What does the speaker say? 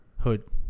Hood